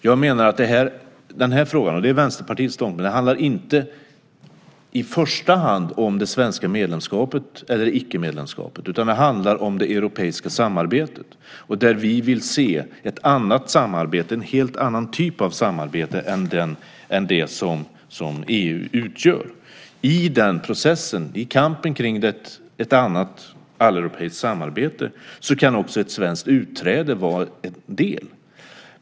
Jag menar att den här frågan, och det är Vänsterpartiets ståndpunkt, inte i första hand handlar om det svenska medlemskapet eller icke-medlemskapet, utan den handlar om det europeiska samarbetet. Där vill vi se ett annat samarbete, en helt annan typ av samarbete, än det som EU utgör. I den processen, i kampen om ett annat alleuropeiskt samarbete, kan också ett svenskt utträde vara en del.